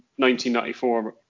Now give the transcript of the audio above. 1994